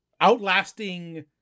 outlasting